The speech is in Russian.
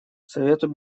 совету